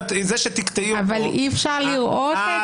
זה שתקטעי אותו --- אי-אפשר לראות את זה.